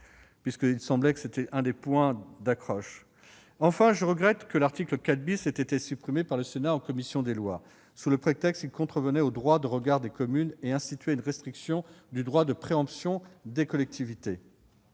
Il me semble que c'était l'un des points litigieux. Enfin, je regrette que l'article 4 ait été supprimé par le Sénat en commission des lois sous prétexte qu'il contrevenait au droit de regard des communes et instituait une restriction du droit de préemption des collectivités,